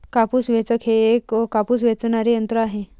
कापूस वेचक हे एक कापूस वेचणारे यंत्र आहे